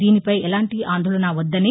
దీనిపై ఎలాంటి ఆందోళనవద్దని